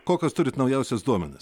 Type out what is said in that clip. kokius turit naujausius duomenis